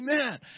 Amen